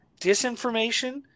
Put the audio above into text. disinformation